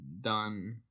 done